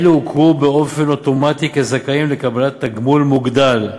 אלו הוכרו באופן אוטומטי כזכאים לקבלת תגמול מוגדל,